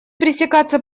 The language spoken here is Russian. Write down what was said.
пресекаться